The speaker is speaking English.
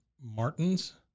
Martins